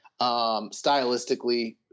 Stylistically